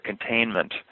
containment